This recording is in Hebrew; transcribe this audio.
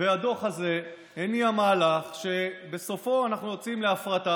הדוח הזה הניע מהלך שבסופו אנחנו יוצאים להפרטה,